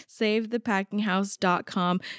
savethepackinghouse.com